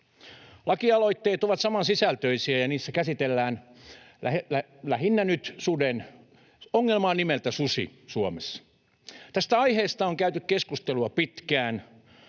Lakialoitteet ovat samansisältöisiä, ja niissä käsitellään nyt lähinnä ongelmaa nimeltä susi Suomessa. Tästä aiheesta on käyty keskustelua pitkään,